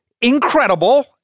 incredible